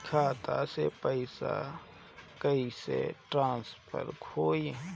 खाता से पैसा कईसे ट्रासर्फर होई?